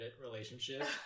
relationship